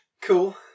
Cool